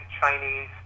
Chinese